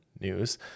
News